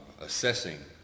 assessing